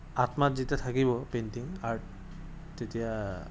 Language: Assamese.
আত্মাত যেতিয়া থাকিব পেইণ্টিং আৰ্ট তেতিয়া